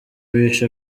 bishe